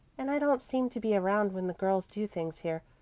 and i don't seem to be around when the girls do things here.